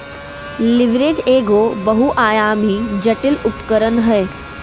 leverage एगो बहुआयामी, जटिल उपकरण हय